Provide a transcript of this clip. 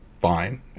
fine